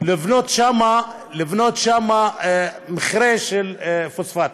להקים שם מכרה של פוספט.